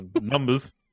Numbers